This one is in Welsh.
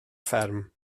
fferm